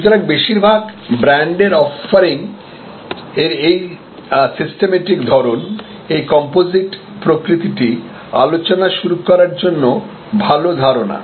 সুতরাং বেশিরভাগ ব্র্যান্ডের অফারিং এর এই সিস্টেমেটিক ধরন এই কম্পোজিট প্রকৃতিটি আলোচনা শুরু করার জন্য ভাল ধারণা